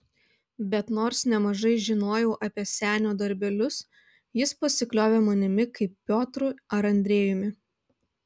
bet nors nemažai žinojau apie senio darbelius jis pasikliovė manimi kaip piotru ar andrejumi